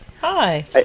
Hi